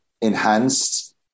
enhanced